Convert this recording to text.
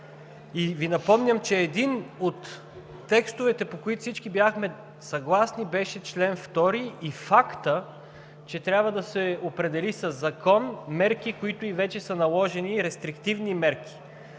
прави. Напомням Ви, че един от текстовете, по който всички бяхме съгласни, беше чл. 2 и фактът, че трябва да се определят със закон мерки, които и вече са наложени – рестриктивни мерки.